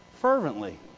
fervently